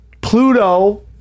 pluto